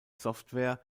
software